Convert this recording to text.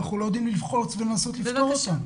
אנחנו לא יודעים ללחוץ ולנסות לפתור אותן.